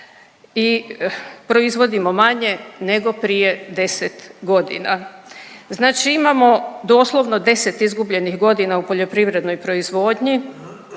i proizvodimo manje nego prije 10 godina. Znači imamo doslovno 10 izgubljenih godina u poljoprivrednoj proizvodnji